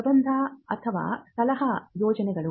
ಪ್ರಬಂಧ ಅಥವಾ ಸಲಹಾ ಯೋಜನೆಗಳು